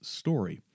story